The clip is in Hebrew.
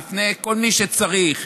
בפני כל מי שצריך,